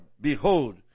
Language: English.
behold